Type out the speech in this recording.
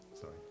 Sorry